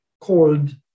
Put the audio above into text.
called